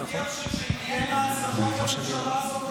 מבטיח שכשתהיינה הצלחות לממשלה הזאת,